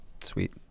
Sweet